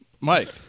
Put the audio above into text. Mike